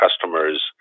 customers